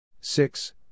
six